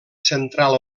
central